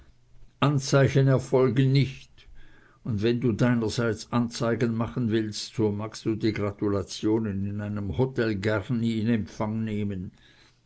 anzeigen erfolgen nicht und wenn du deinerseits anzeigen machen willst so magst du die gratulationen in einem htel garni in empfang nehmen